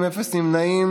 לנהל,